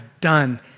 done